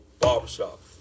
barbershop